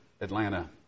Atlanta